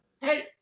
Hey